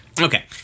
Okay